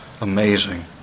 amazing